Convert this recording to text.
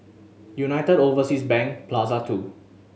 United Overseas Bank Plaza Two